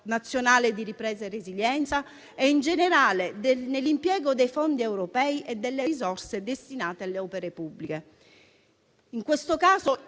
nazionale di ripresa e resilienza e, in generale, l'impiego dei fondi europei e delle risorse destinate alle opere pubbliche. In questo caso,